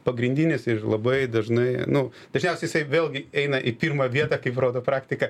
pagrindinis ir labai dažnai nu dažniausiai jisai ėlgi eina į pirmą vietą kaip rodo praktika